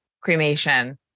cremation